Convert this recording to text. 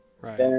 Right